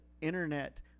internet